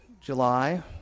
July